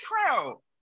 crowd